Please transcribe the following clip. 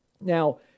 Now